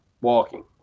walking